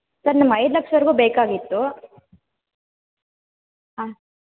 sir ನಮ್ಗ್ ಐದು ಲಕ್ಷವರೆಗೂ ಬೇಕಾಗಿತ್ತು ಹಾಂ